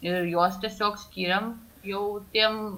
ir juos tiesiog skiriam jau tiem